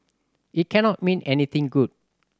it cannot mean anything good